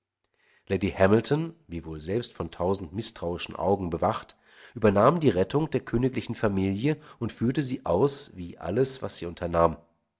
lady hamilton wiewohl selbst von tausend mißtrauischen augen bewacht übernahm die rettung der königlichen familie und führte sie aus wie alles was sie unternahm